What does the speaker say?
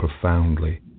profoundly